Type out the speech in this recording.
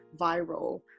viral